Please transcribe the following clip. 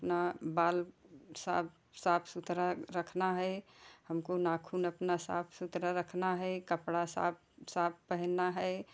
अपना बाल साफ साफ सुथरा रखना है हमको नाखून अपना साफ सुथरा रखना है कपड़ा साफ साफ पहनना है